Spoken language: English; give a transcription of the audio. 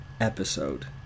episode